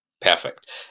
perfect